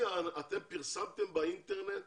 אתם פרסמתם באינטרנט